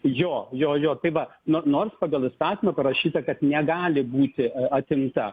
jo jo jo tai va nu nors pagal įstatymą parašyta kad negali būti atimta